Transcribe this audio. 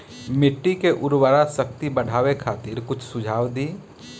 मिट्टी के उर्वरा शक्ति बढ़ावे खातिर कुछ सुझाव दी?